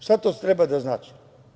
Šta to treba da znači?